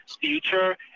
future